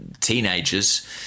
teenagers